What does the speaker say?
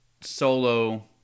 solo